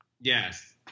yes